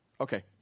Okay